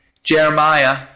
Jeremiah